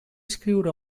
escriure